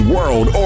World